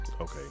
Okay